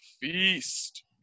feast